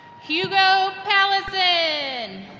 hugo pallesen